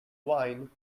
wine